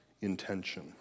intention